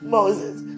Moses